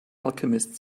alchemist